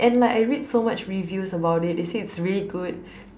and like I read so much reviews about it they say it's really good